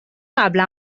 قبلا